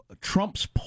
Trump's